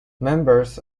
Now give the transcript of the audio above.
members